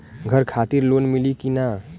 घर खातिर लोन मिली कि ना?